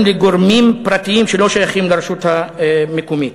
לגורמים פרטיים שלא שייכים לרשות המקומית.